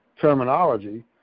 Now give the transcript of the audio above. terminology